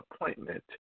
appointment